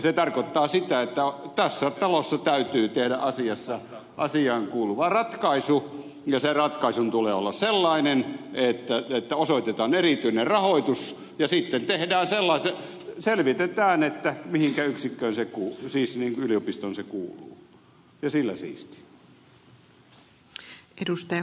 se tarkoittaa sitä että tässä talossa täytyy tehdä asiassa asiaankuuluva ratkaisu ja sen ratkaisun tulee olla sellainen että osoitetaan erityinen rahoitus ja sitten selvitetään mihinkä yliopistoon se kuuluu ja sillä siisti